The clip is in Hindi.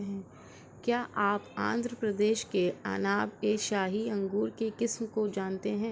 क्या आप आंध्र प्रदेश के अनाब ए शाही अंगूर के किस्म को जानते हैं?